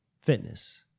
fitness